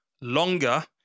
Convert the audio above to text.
longer